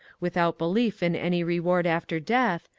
without belief in any reward after death,